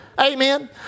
Amen